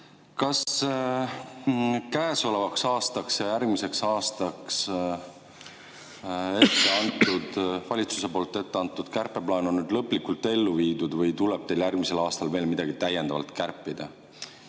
Kas käesolevaks aastaks ja järgmiseks aastaks valitsuse poolt ette antud kärpeplaan on nüüd lõplikult ellu viidud või tuleb teil järgmisel aastal veel midagi täiendavalt kärpida?